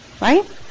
Right